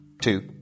two